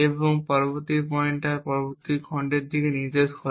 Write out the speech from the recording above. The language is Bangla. এবং পরবর্তী পয়েন্টার পরবর্তী খণ্ডের দিকে নির্দেশ করে